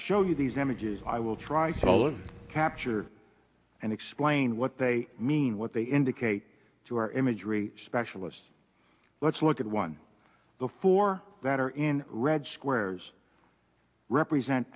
show you these images i will try solid capture and explain what they mean what they indicate to our imagery specialists let's look at one before that or in red squares represent